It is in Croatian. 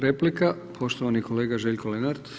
Replika, poštovani kolega Željko Lenart.